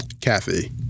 Kathy